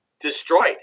destroyed